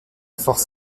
force